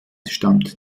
stammt